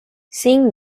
seeing